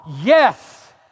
yes